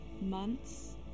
months